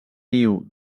niu